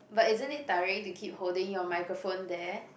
but isn't it tiring to keep holding your microphone there